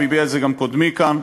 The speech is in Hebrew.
והביע את זה גם קודמי כאן,